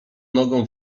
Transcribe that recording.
nogą